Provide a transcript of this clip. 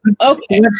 okay